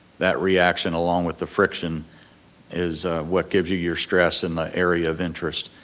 that reaction along with the friction is what gives you your stress in the area of interest.